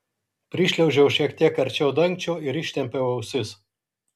prišliaužiau šiek tiek arčiau dangčio ir ištempiau ausis